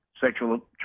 sexual